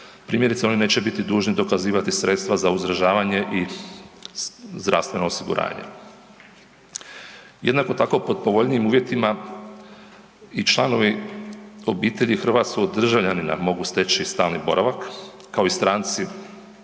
Primjerice oni neće biti dužni dokazivati sredstva za uzdržavanje i zdravstveno osiguranje. Jednako tako pod povoljnijim uvjetima i članovi obitelji hrvatskog državljanina mogu steći stalni boravak kao i stranci